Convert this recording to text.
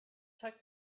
tuck